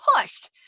pushed